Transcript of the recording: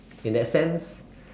in that sense